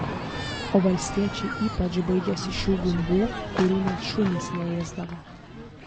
o valstiečiai ypač baidėsi šių gumbų kurių net šunys neėsdavo